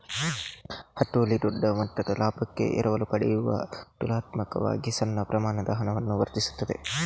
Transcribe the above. ಹತೋಟಿ ದೊಡ್ಡ ಮೊತ್ತದ ಲಾಭಕ್ಕೆ ಎರವಲು ಪಡೆಯುವ ತುಲನಾತ್ಮಕವಾಗಿ ಸಣ್ಣ ಪ್ರಮಾಣದ ಹಣವನ್ನು ವರ್ಧಿಸುತ್ತದೆ